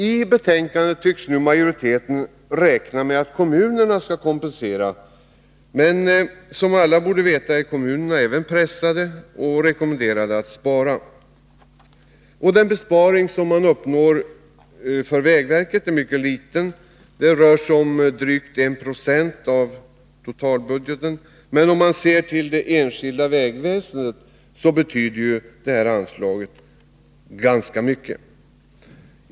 I betänkandet tycks majoriteten räkna med att kommunerna skall kompensera. Men som alla borde veta är även kommunerna pressade och rekommenderade att spara. Den besparing som uppnås för vägverket är mycket liten — drygt 1 20 av totalbudgeten. Men om man ser till det enskilda vägväsendet betyder detta anslag ganska mycket.